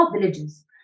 villages